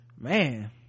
man